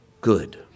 good